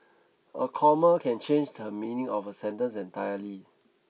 a comma can change the meaning of a sentence entirely